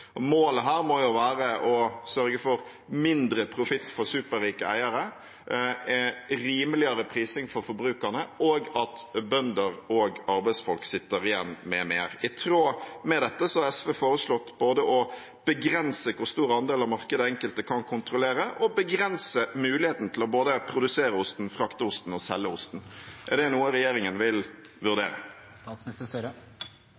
Målet her må være å sørge for mindre profitt for superrike eiere, rimeligere prising for forbrukerne, og at bønder og arbeidsfolk sitter igjen med mer. I tråd med dette har SV foreslått både å begrense hvor stor andel av markedet enkelte kan kontrollere, og begrense muligheten til både å produsere osten, frakte osten og selge osten. Er det noe regjeringen vil